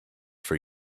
for